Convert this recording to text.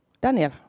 Daniel